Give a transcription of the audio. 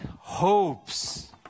hopes